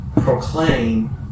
proclaim